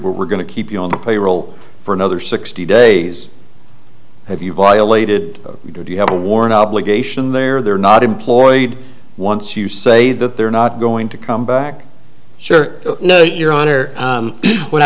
we're going to keep you on the payroll for another sixty days have you violated do you have a warrant obligation there they're not employed once you say that they're not going to come back sure no your honor what i